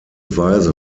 weise